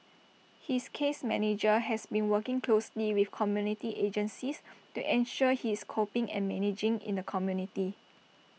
his case manager has been working closely with community agencies to ensure he is coping and managing in the community